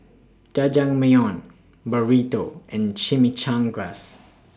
Jajangmyeon Burrito and Chimichangas